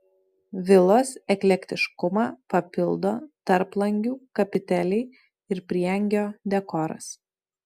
vilos eklektiškumą papildo tarplangių kapiteliai ir prieangio dekoras